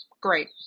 Great